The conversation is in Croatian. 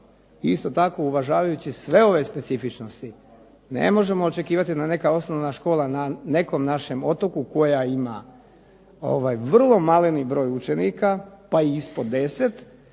isto tako uvažavajući sve ove specifičnosti ne možemo očekivati da neka osnovna škola na nekom našem otoku koja ima vrlo maleni broj učenika, pa i ispod 10,